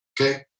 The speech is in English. okay